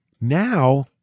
now